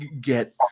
get